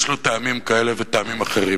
יש לו טעמים כאלה וטעמים אחרים.